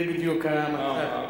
זה בדיוק המצב.